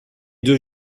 deux